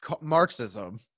marxism